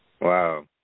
Wow